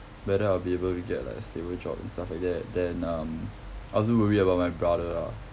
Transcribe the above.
whether I'll be able to get like a stable job and stuff like that then um I also worry about my brother ah